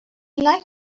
like